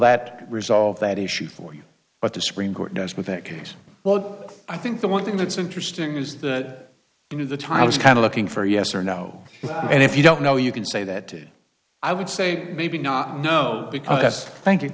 that resolve that issue for you what the supreme court does with that case well i think the one thing that's interesting is that the time i was kind of looking for a yes or no and if you don't know you can say that i would say maybe not no because thank you